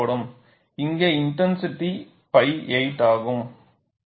இங்கே intensity pi 8 ஆகும்